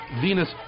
Venus